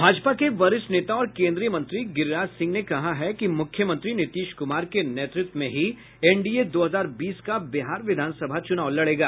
भाजपा के वरिष्ठ नेता और केन्द्रीय मंत्री गिरिराज सिंह ने कहा है कि मुख्यमंत्री नीतीश कुमार के नेतृत्व में ही एनडीए दो हजार बीस का बिहार विधानसभा चुनाव लड़ेगा